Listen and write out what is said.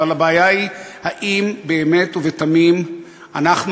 אבל הבעיה היא האם באמת ובתמים אנחנו